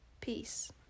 Peace